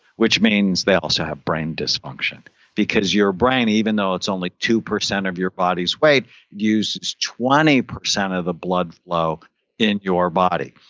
which means they also have brain dysfunction because your brain even though it's only two percent of your body's weight uses twenty percent of the blood flow in your body.